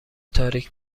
تاریک